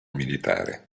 militare